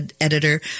editor